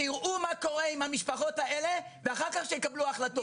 שיראו מה קורה עם המשפחות ואחר כך שיקבלו החלטות.